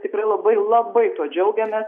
tikrai labai labai tuo džiaugiamės